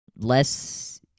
less